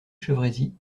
chevresis